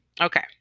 Okay